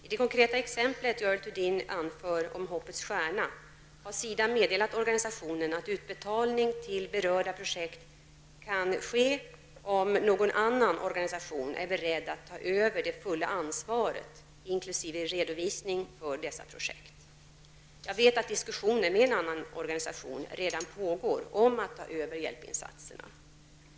I det konkreta exempel Görel Thurdin anför, om Hoppets stjärna, har SIDA meddelat organisationen att utbetalning till berörda projekt kan ske om någon annan organisation är beredd att ta över det fulla ansvaret inkl. redovisning för dessa projekt. Jag vet att diskussioner med en annan svensk organisation redan pågår om att ta över hjälpinsatserna.